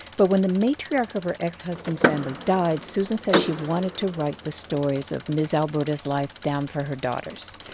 but when the matriarch of her ex-husband's family died, susan says she wanted to write the stories of ms. alberta's life down for her daughters.